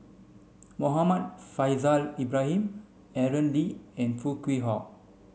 Muhammad Faishal Ibrahim Aaron Lee and Foo Kwee Horng